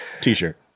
T-shirt